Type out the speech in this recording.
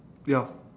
yup